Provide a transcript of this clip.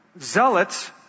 zealots